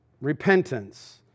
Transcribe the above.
repentance